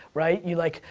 right? you like,